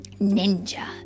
Ninja